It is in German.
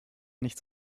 nichts